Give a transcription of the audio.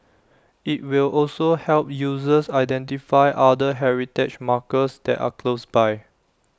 IT will also help users identify other heritage markers that are close by